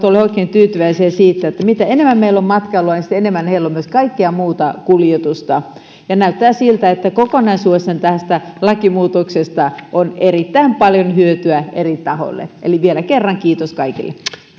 oikein tyytyväisiä siitä että mitä enemmän meillä on matkailua sitä enemmän heillä on myös kaikkea muuta kuljetusta näyttää siltä että kokonaisuudessaan tästä lakimuutoksesta on erittäin paljon hyötyä eri tahoille eli vielä kerran kiitos kaikille